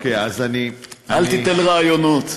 אוקיי, אז אני, אל תיתן רעיונות.